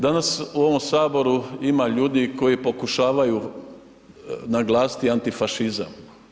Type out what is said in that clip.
Danas u ovom Saboru ima ljudi koji pokušavaju naglasiti antifašizam.